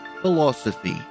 Philosophy